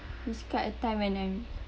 describe a time when I'm